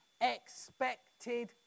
expected